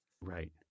right